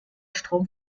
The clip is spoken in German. strom